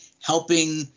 helping